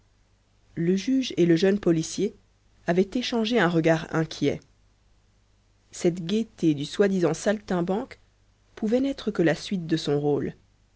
le juge et le jeune policier avaient échangé un regard inquiet cette gaieté du soi-disant saltimbanque pouvait n'être que la suite de son rôle